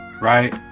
right